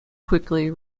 quickly